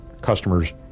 customers